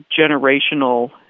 generational